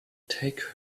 take